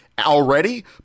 already